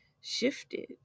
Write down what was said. shifted